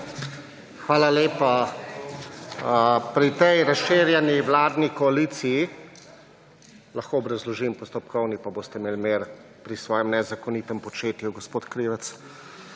Hvala lepa. Pri tej razširjeni vladni koaliciji… Lahko obrazložim postopkovni pa boste imeli mir pri svojem nezakonitem početju gospod Krivec!